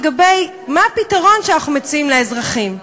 לגבי הפתרון שאנחנו מציעים לאזרחים.